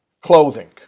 clothing